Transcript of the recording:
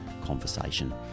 conversation